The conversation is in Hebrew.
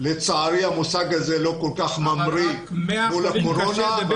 לצערי המושג הזה לא כל כך ממריא מול הקורונה.